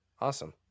awesome